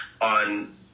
on